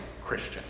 Christian